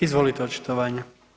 Izvolite očitovanje.